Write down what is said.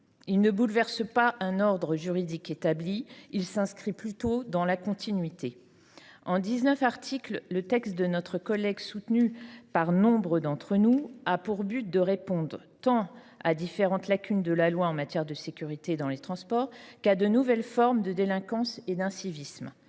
Il ne bouleverse pas donc un ordre juridique établi ; il s’inscrit plutôt dans la continuité. En dix neuf articles, le texte de notre collègue, soutenu par nombre d’entre nous, vise à répondre tant à différentes lacunes de la loi en matière de sécurité dans les transports qu’à de nouvelles formes de délinquance et d’incivisme.